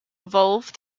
evolve